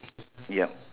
yup